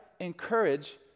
encourage